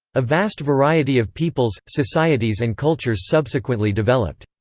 a vast variety of peoples, societies and cultures subsequently developed.